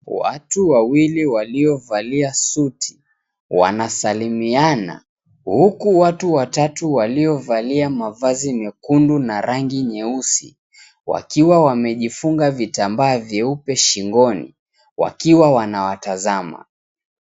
Watu wawili waliovalia suti, wanasalimiana, huku watu watatu waliovalia mavazi nyekundu na rangi nyeusi wakiwa wamejifunika vitambaa vyeupe shingoni wakiwa wanawatazama.